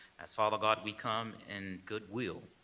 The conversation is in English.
as, father, god, we come in goodwill,